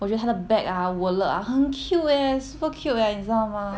我觉他的 bag ah wallet ah 很 cute eh super cute eh 你知道吗